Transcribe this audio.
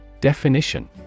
Definition